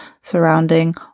surrounding